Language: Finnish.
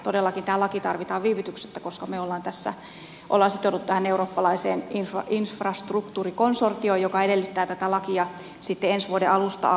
todellakin tämä laki tarvitaan viivytyksettä koska me olemme sitoutuneet tähän eurooppalaiseen infrastruktuurikonsortioon joka edellyttää tätä lakia ensi vuoden alusta alkaen